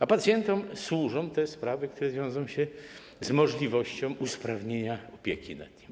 A pacjentom służą te sprawy, które wiążą się z możliwością usprawnienia opieki nad nimi.